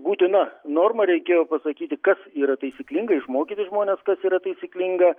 būtina norma reikėjo pasakyti kas yra taisyklinga išmokyti žmones kas yra taisyklinga